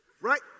Right